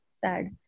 Sad